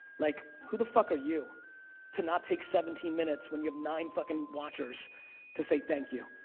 like who the fuck are you to not take seventeen minutes when you have nine fucking watchers to say thank you,